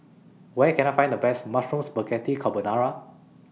Where Can I Find The Best Mushroom Spaghetti Carbonara